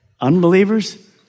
Unbelievers